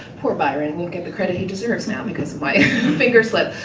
poor byron won't get the credit he deserves now because of my finger slip.